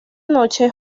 noche